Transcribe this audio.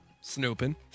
snooping